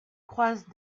croise